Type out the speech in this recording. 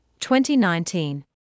2019